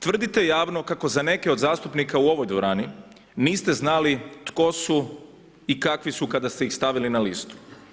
Tvrdite javno kako za neke od zastupnika u ovoj dvorani niste znali tko su i kakvi su kada ste ih stavili na listu.